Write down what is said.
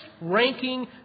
ranking